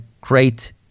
great